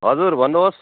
हजुर भन्नुहोस्